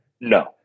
No